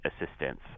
assistance